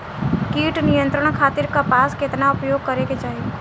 कीट नियंत्रण खातिर कपास केतना उपयोग करे के चाहीं?